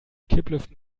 kipplüften